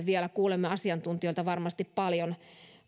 vielä kuulemme asiantuntijoilta varmasti paljon